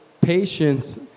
patience